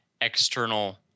external